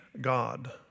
God